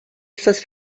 estas